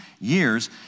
years